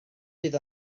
bydd